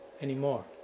anymore